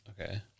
okay